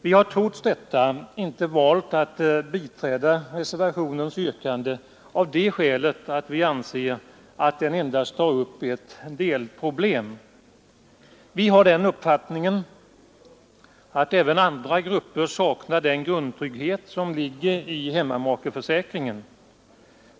Trots detta har vi inte valt att biträda reservationens yrkande av det skälet att vi anser att reservationen endast tar upp ett delproblem. Vi har den uppfattningen att även andra grupper saknar den grundtrygghet som ligger i hemmamakeförsäkringen.